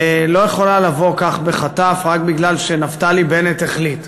לא יכולה לבוא כך, בחטף, רק כי נפתלי בנט החליט,